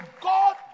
God